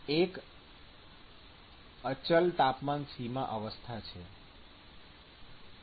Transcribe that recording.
એક અચલ તાપમાન સીમા અવસ્થા છે